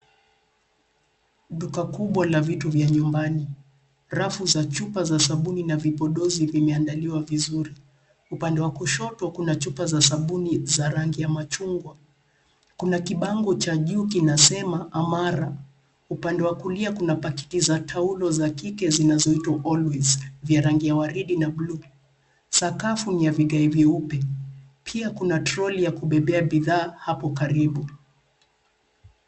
Duka kubwa la vitu vya nyumbani. Rafu za chupa za sabuni na vipodozi vimeandaliwa vizuri. Upande wa kushoto kuna chupa za sabuni za rangi ya machungwa. Kuna kibango cha juu kinasema amara. Upande wa kulia kuna pakiti za taulo za kike zinazoitwa always vya rangi ya waridi na bluu. Sakafu ni ya vigae vyeupe. Pia kuna trolley ya kubebea bidhaa hapo karibu.